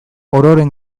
ororen